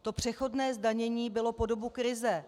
To přechodné zdanění bylo po dobu krize.